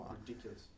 Ridiculous